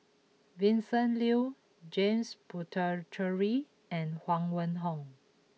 Vincent Leow James Puthucheary and Huang Wenhong